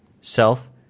self